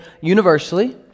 universally